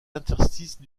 interstices